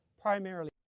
primarily